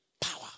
power